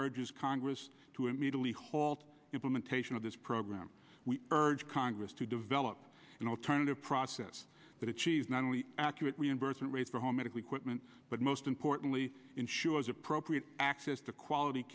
urged congress to immediately halt implementation of this program we urge congress to develop an alternative process that achieves not only accurate reimbursement rates for home equipment but most importantly ensures appropriate access to quality